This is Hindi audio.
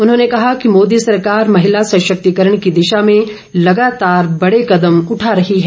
उन्होंने कहा कि मोदी सरकार महिला सशक्तिकरण की दिशा में लगातार बड़े कदम उठा रही है